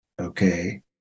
okay